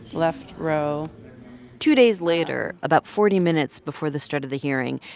left row two days later, about forty minutes before the start of the hearing,